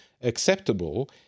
acceptable